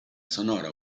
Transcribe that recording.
sonora